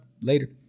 later